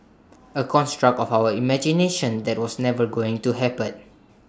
A construct of our imaginations that was never going to happen